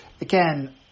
Again